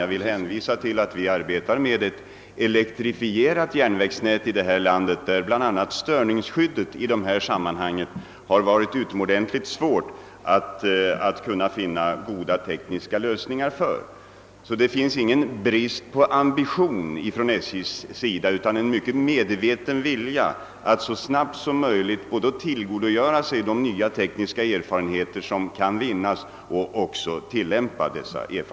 Jag vill hänvisa till att vi i vårt land arbetar med ett elektrifierat järnvägsnät, varför det bland annat har varit mycket svårt att finna godtagbara tekniska anordningar för störningsskyddet. Det föreligger alltså ingen brist på ambition inom SJ utan man har en mycket medveten vilja att så snabbt som möjligt både tillgodogöra sig de nya tekniska erfarenheter, som kan vinnas, och även tillämpa dessa.